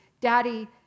Daddy